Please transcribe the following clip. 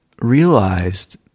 realized